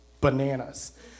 bananas